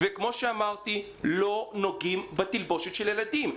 כפי שאמרתי, לא נוגעים בתלבושת של ילדים.